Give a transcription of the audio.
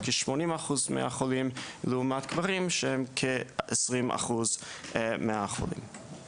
כ-80% מהחולים לעומת גברים שהם כ-20% מהחולים.